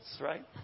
right